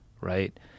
right